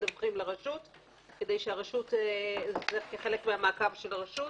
מדווחים לרשות כחלק ממעקב הרשות.